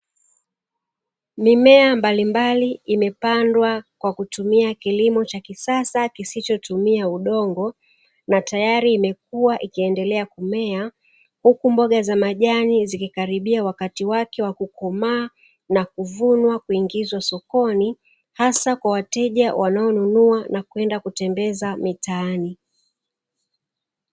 Mimea mbalimbali imepandwa kwa kutumia kilimo cha kisasa kisichotumia udongo na tayari imekuwa ikiendelea kumea huku mboga za majani zikikaribia wakati wake wa kukomaa na kuvunwa kuingizwa sokoni, hasa kwa wateja wanaonunuana kwenda kutembeza mitaani.